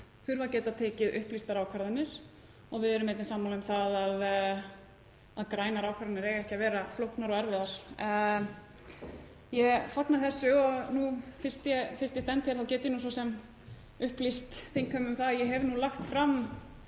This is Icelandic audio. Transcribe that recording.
þurfi að geta tekið upplýstar ákvarðanir. Við erum einnig sammála um að grænar ákvarðanir eiga ekki að vera flóknar og erfiðar. Ég fagna þessu og fyrst ég stend hérna þá get ég upplýst þingheim um það að ég hef lagt fram